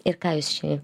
ir ką jūs čiai